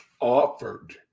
offered